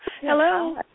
Hello